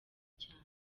cyane